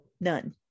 none